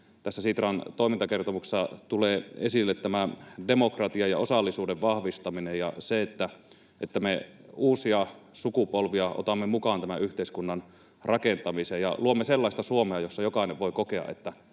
tässä Sitran toimintakertomuksessa tulee esille demokra-tian ja osallisuuden vahvistaminen — että me otamme mukaan uusia sukupolvia tämän yhteiskunnan rakentamiseen ja luomme sellaista Suomea, jossa jokainen voi kokea,